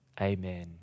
Amen